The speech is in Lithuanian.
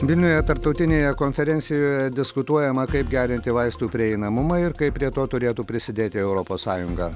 vilniuje tarptautinėje konferencijoje diskutuojama kaip gerinti vaistų prieinamumą ir kaip prie to turėtų prisidėti europos sąjunga